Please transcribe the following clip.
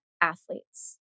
athletes